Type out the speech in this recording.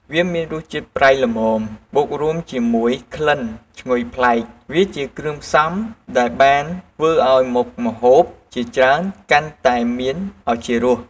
វាមានរសជាតិប្រៃល្មម បូករួមជាមួយក្លិនឈ្ងុយប្លែក វាជាគ្រឿងផ្សំដែលបានធ្វើឱ្យមុខម្ហូបជាច្រើនកាន់តែមានឱជារស។